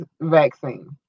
vaccine